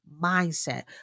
mindset